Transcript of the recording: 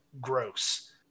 gross